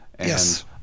Yes